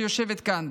שיושבת כאן.